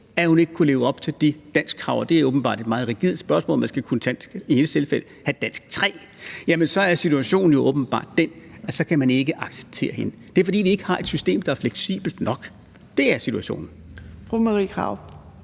at hun ikke kunne leve op til danskkravene – og det er åbenbart meget rigidt, man skal bestå danskprøve 3 – så er situationen åbenbart den, at så kan man ikke acceptere hende. Det er, fordi vi ikke har et system, der er fleksibelt nok. Det er situationen.